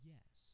Yes